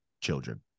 children